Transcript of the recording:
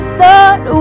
thought